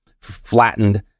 flattened